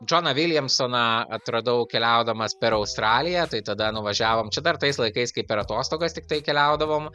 džoną viljamsoną atradau keliaudamas per australiją tai tada nuvažiavom čia dar tais laikais kai per atostogas tiktai keliaudavom